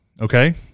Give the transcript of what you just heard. Okay